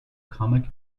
comic